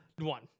one